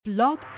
Blog